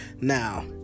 Now